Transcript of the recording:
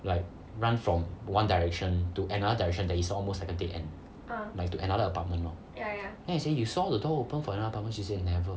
like run from one direction to another direction that is almost like a dead end like to another apartment lor then I say you saw the door open for another apartment she say never